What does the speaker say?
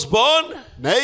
born